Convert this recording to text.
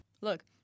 Look